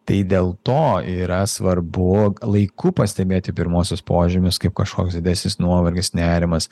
tai dėl to yra svarbu laiku pastebėti pirmuosius požymius kaip kažkoks didesnis nuovargis nerimas